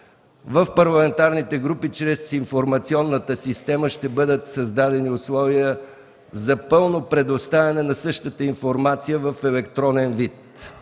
В парламентарните групи чрез информационната система ще бъдат създадени условия за пълно предоставяне на същата информация в електронен вид.